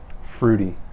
fruity